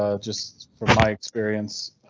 ah just from my experience.